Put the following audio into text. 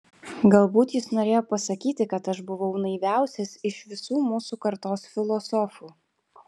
galbūt jis norėjo pasakyti kad aš buvau naiviausias iš visų mūsų kartos filosofų